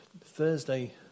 Thursday